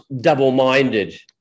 double-minded